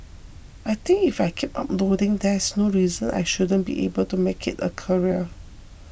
I think if I keep uploading there's no reason I shouldn't be able to make it a career